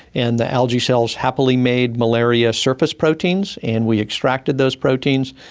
and the algae cells happily made malaria surface proteins and we extracted those proteins,